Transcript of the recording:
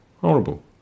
Horrible